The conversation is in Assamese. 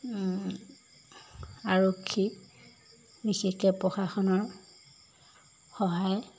আৰক্ষী বিশেষকৈ প্ৰশাসনৰ সহায়